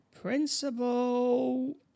Principal